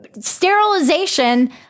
sterilization